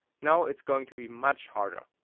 now it's going to be much harder.